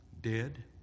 Dead